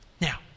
Now